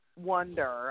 wonder